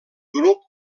grup